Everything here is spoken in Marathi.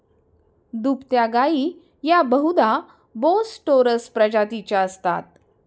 दुभत्या गायी या बहुधा बोस टोरस प्रजातीच्या असतात